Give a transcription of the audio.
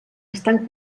estan